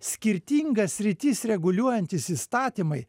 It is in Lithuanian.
skirtingas sritis reguliuojantys įstatymai